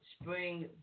spring